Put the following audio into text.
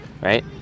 right